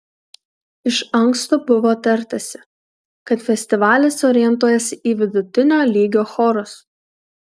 iš anksto buvo tartasi kad festivalis orientuojasi į vidutinio lygio chorus